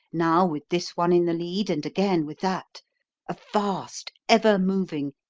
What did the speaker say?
now with this one in the lead, and again with that a vast, ever-moving,